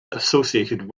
associated